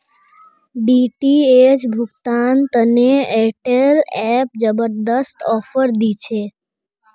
DTH भुगतान तने Airtel app जबरदस्त ऑफर दी छे